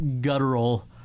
guttural